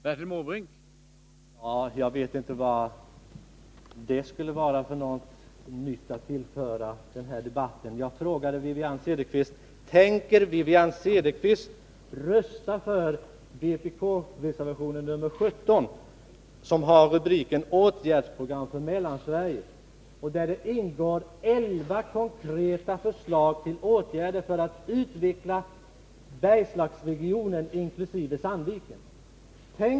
Herr talman! Jag vet inte vad detta skulle vara för något nytt att tillföra debatten. Jag frågade: Tänker Wivi-Anne Cederqvist rösta för vpkreservationen 17, som har rubriken Åtgärdsprogram för Mellansverige och där det ingår elva konkreta förslag till åtgärder för att utveckla Bergslagsregionen inkl.